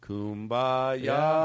Kumbaya